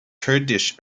kurdish